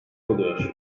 kalıyor